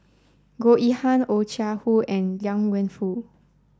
Goh Yihan Oh Chai Hoo and Liang Wenfu